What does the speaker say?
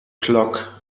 clock